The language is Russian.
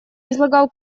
излагал